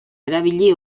erabili